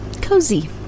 cozy